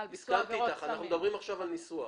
אנחנו מדברים עכשיו על ניסוח.